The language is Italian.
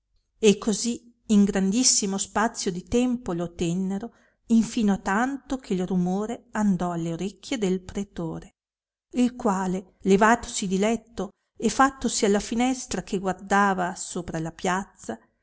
e così in grandissimo spazio di tempo lo tennero infino a tanto che rumore andò alle orecchie del pretore il quale levatosi di letto e fattosi alla finestra che guardava sopra la piazza